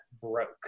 broke